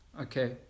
Okay